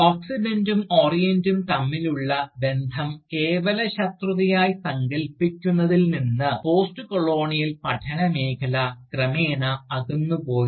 ഓക്സിഡൻറും ഓറിയൻറും തമ്മിലുള്ള ബന്ധം കേവല ശത്രുതയായി സങ്കൽപ്പിക്കുന്നതിൽ നിന്ന് പോസ്റ്റ്കോളോണിയൽ പഠന മേഖല ക്രമേണ അകന്നുപോയി